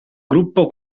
gruppo